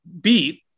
beat